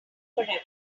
forever